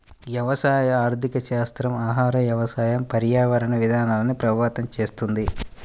వ్యవసాయ ఆర్థికశాస్త్రం ఆహార, వ్యవసాయ, పర్యావరణ విధానాల్ని ప్రభావితం చేస్తుంది